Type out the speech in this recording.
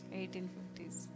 1850s